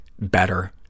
better